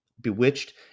Bewitched